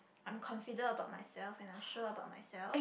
I'm confident about myself and I'm sure about myself